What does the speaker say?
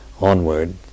onward